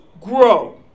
grow